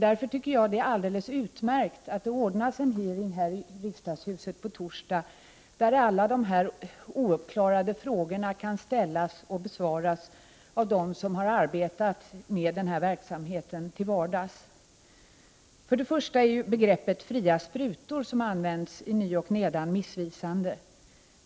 Därför tycker jag att det är alldeles utmärkt att det ordnas en hearing här i riksdagshuset på torsdag, där alla de ouppklarade frågorna kan ställas, och besvaras av dem som har arbetat med denna verksamhet till vardags. För det första är begreppet fria sprutor, som används i ny och nedan, missvisande.